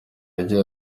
agira